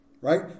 right